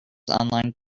online